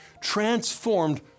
transformed